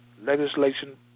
legislation